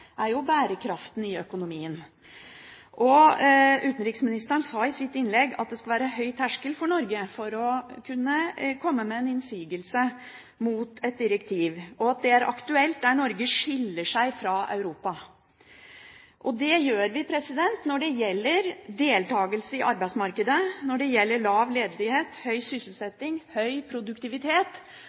er bærekraften i økonomien. Utenriksministeren sa i sitt innlegg at det for Norge skal være en høy terskel for å komme med en innsigelse mot et direktiv, og at det er aktuelt der Norge skiller seg fra Europa. Det gjør vi når det gjelder deltakelse i arbeidsmarkedet, når det gjelder lav ledighet, høy sysselsetting, høy produktivitet